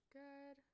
good